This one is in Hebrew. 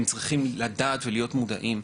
הם צריכים לדעת ולהיות מודעים.